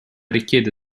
richiede